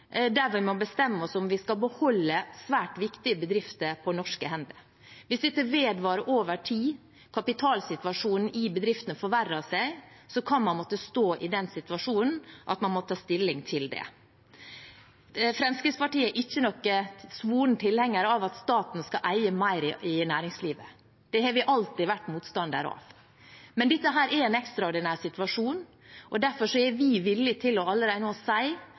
om vi skal beholde svært viktige bedrifter på norske hender. Hvis dette vedvarer over tid og kapitalsituasjonen i bedriftene forverrer seg, kan man måtte komme til å stå i den situasjonen at man må ta stilling til det. Fremskrittspartiet er ingen svoren tilhenger av at staten skal eie mer i næringslivet, det har vi alltid vært motstander av, men dette er en ekstraordinær situasjon, og derfor er vi villige til allerede nå å si at hvis denne krisen blir så alvorlig, er vi beredt til å